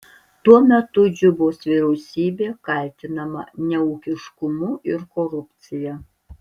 tuo metu džubos vyriausybė kaltinama neūkiškumu ir korupcija